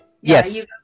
Yes